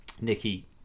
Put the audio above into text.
Nicky